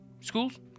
schools